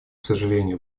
сожалению